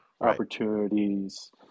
opportunities